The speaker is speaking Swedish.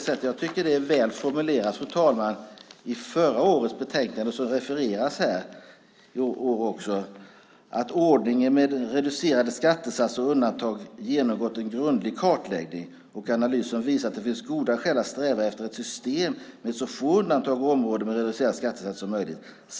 Här är det väl formulerat i förra årets betänkande som refereras här: Ordningen med reducerade skattesatser och undantag har genomgått en grundlig kartläggning och analys som visar att det finns goda skäl att sträva efter ett system med så få undantag och områden med reducerade skattesatser som möjligt.